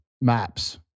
MAPS